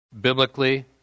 biblically